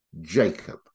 Jacob